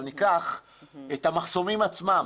את המחסומים עצמם,